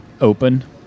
open